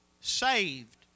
saved